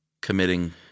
committing